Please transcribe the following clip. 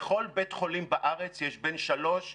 בכל בית חולים בארץ יש בין שלוש לחמש,